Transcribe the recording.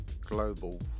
global